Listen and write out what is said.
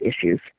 issues